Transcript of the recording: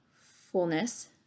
fullness